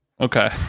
Okay